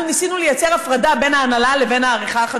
אנחנו ניסינו לייצר הפרדה בין ההנהלה לבין העריכה החדשותית.